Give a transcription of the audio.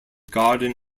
garden